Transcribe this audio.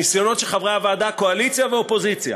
הניסיונות של חברי הוועדה, קואליציה ואופוזיציה,